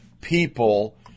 people